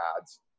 ads